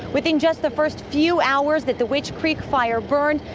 within just the first few hours that the witch creek fire burned,